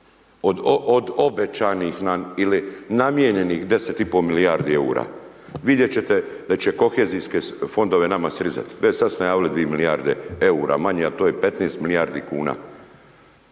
od obećanih nam ili namijenjenih 10,5 milijardi eura. Vidjet ćete da će kohezijske fondove nama srezati. Već sad ste najavili 2 milijarde eura manje a to je 15 milijardi kuna.